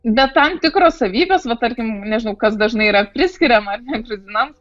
bet tam tikros savybės va tarkim nežinau kas dažnai yra priskiriama gruzinams